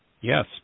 yes